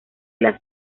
las